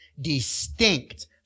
distinct